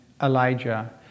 Elijah